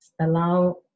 allow